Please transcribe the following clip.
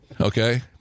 okay